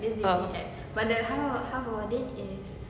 uh